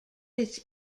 its